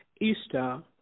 Easter